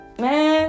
Man